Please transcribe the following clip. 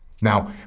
Now